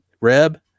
reb